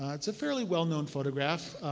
ah it's a fairly well-known photograph.